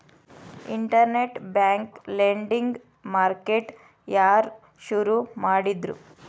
Internet bank lending market ಯಾರ್ ಶುರು ಮಾಡಿದ್ರು?